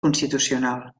constitucional